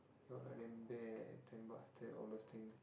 you all like damn bad damn bastard all those thing